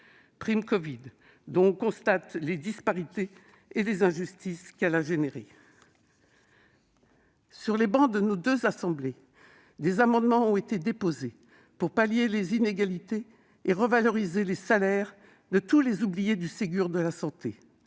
prime covid a créé des disparités et des injustices. Sur les rangs de nos deux assemblées, des amendements ont été déposés pour pallier les inégalités et revaloriser les salaires de tous les oubliés du Ségur de la santé,